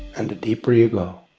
and the deeper you go,